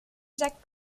jacques